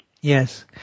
Yes